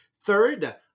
Third